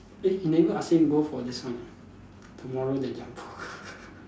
eh he never ask him go for this one tomorrow the Jumbo